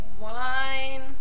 wine